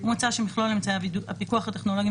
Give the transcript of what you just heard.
ומצאה שמכלול אמצעי הפיקוח הטכנולוגיים